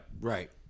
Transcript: Right